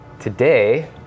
Today